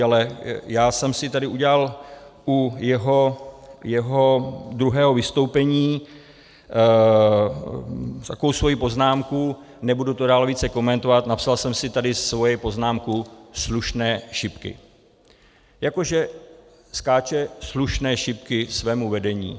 Ale já jsem si tady udělal u jeho druhého vystoupení takovou svoji poznámku, nebudu to dále více komentovat, napsal jsem si tady svoji poznámku slušné šipky, jako že skáče slušné šipky svému vedení.